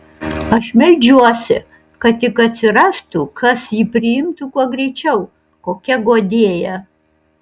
aš meldžiuosi kad tik atsirastų kas jį priimtų kuo greičiau kokia guodėja